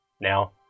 Now